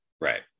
right